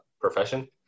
profession